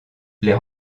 les